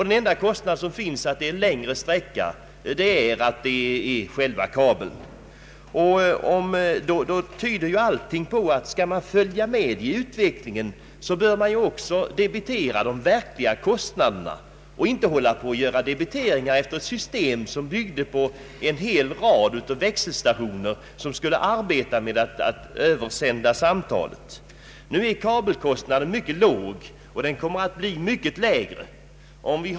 Det enda som påverkar avgiften är kabelkostnaden för den längre sträckan. Om vi skall följa med i utvecklingen på detta område, är det nödvändigt att debiteringen sker efter de verkliga kostnaderna och inte efter ett system som byggde på en hel rad av växelstationer genom vilka samtalen skulle kopplas vidare. Nu är kabelkostnaden mycket låg och den kommer att bli ännu lägre.